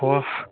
ਹੋਰ